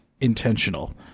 intentional